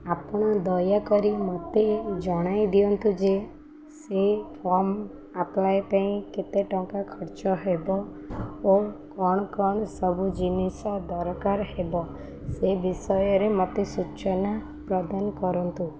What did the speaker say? ଆପଣ ଦୟାକରି ମୋତେ ଜଣାଇ ଦିଅନ୍ତୁ ଯେ ସେ ଫର୍ମ ଆପ୍ଲାଏ ପାଇଁ କେତେ ଟଙ୍କା ଖର୍ଚ୍ଚ ହେବ ଓ କ'ଣ କ'ଣ ସବୁ ଜିନିଷ ଦରକାର ହେବ ସେ ବିଷୟରେ ମୋତେ ସୂଚନା ପ୍ରଦାନ କରନ୍ତୁ